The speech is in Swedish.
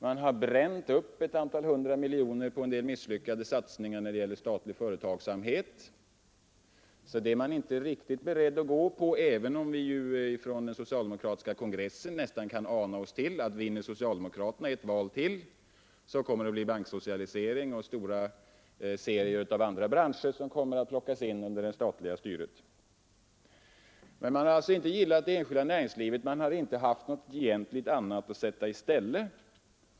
De har bränt upp några hundra miljoner kronor på en del misslyckade satsningar när det gäller statlig företagsamhet, så det är de inte riktigt beredda att fortsätta med, även om vi av den socialdemokratiska kongressen nästan kan ana oss till att det, om socialdemokraterna vinner ett val till, kommer att bli banksocialisering och att stora serier av andra branscher kommer att plockas in under det statliga styret. Socialdemokraterna har inte gillat det enskilda näringslivet men har inte haft någonting annat att sätta i stället.